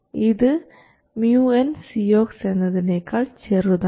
ഇത് µnCox എന്നതിനേക്കാൾ ചെറുതാണ്